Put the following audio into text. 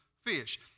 fish